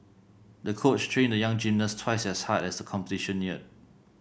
the coach trained the young gymnast twice as hard as the competition neared